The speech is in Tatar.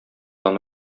аны